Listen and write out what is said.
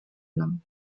noms